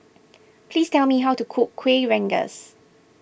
please tell me how to cook Kueh Rengas